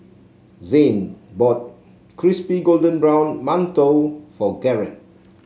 Zane bought Crispy Golden Brown Mantou for Garett